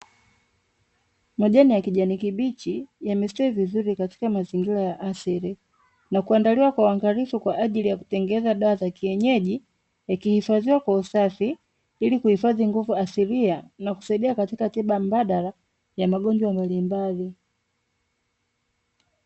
Majani ya kijani kibichi, yamestawi vizuri katika mazingira ya asili na kuandaliwa kwa uangalifu kwa ajili ya kutengeneza dawa za kienyeji, ikihifadhiwa kwa usafi ili kuhifadhi nguvu asilia na kusaidia katika tiba mbadala ya magonjwa mbalimbali.